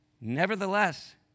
nevertheless